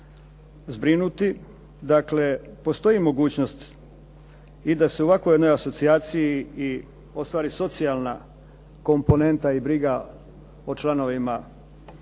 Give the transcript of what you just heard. zbrinuti, dakle postoji mogućnost i da se u ovakvoj jednoj asocijaciji i ostvari socijalna komponenta i briga o članovima poljoprivrednih